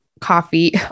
coffee